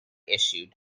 issued